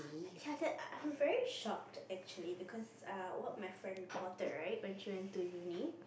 ya that I'm very shocked actually because err what my friend reported right when she went to uni